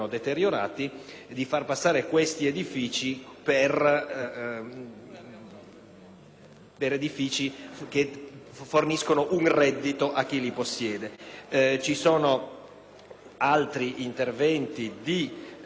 tra quelli che forniscono un reddito a chi li possiede. Vi sono altri interventi di aggiustamento, ma credo che nel complesso sia stato svolto un lavoro positivo. Torno